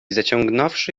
zaciągnąwszy